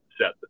set